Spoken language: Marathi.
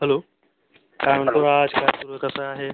हॅलो काय म्हणतो राज काय सुरू आहे कसं आहे